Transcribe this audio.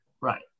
Right